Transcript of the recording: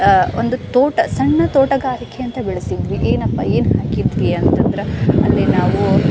ಒಂದು ತೋಟ ಸಣ್ಣ ತೋಟಗಾರಿಕೆ ಅಂತ ಬೆಳೆಸಿದ್ವಿ ಏನಪ್ಪ ಏನು ಹಾಕಿದ್ವಿ ಅಂತಂದ್ರೆ ಅಲ್ಲಿ ನಾವು